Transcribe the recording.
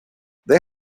they